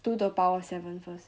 two to the power of seven first